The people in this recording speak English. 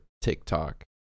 TikTok